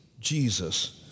Jesus